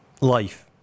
life